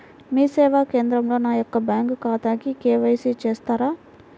మీ సేవా కేంద్రంలో నా యొక్క బ్యాంకు ఖాతాకి కే.వై.సి చేస్తారా?